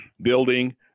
building